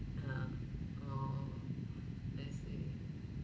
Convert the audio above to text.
uh oh I see